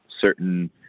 certain